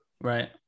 Right